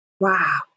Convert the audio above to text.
Wow